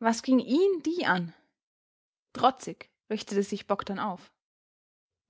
was ging ihn die an trotzig richtete sich bogdn auf